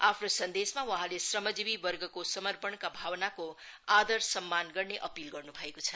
आफ्नो सन्देशमा वहाँले श्रमजीवी वर्गको समर्पणका भावनाको आदर सम्मान गर्ने अपील गर्नु भएको छ